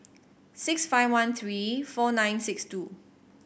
six five one three four nine six two